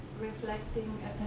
reflecting